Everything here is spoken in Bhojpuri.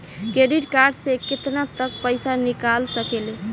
क्रेडिट कार्ड से केतना तक पइसा निकाल सकिले?